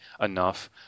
enough